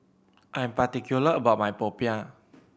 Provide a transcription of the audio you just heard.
I am particular about my Popiah